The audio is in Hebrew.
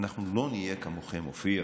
אנחנו לא נהיה כמוכם, אופיר